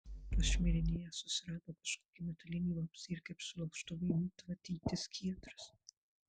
pašmirinėjęs susirado kažkokį metalinį vamzdį ir kaip su laužtuvu ėmė tvatyti skiedras